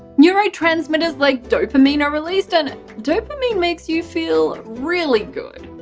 neurotransmitters like dopamine are released and dopamine makes you feel really good.